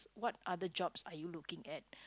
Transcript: what other jobs are you looking at